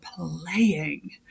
playing